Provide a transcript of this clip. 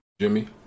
jimmy